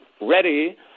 ready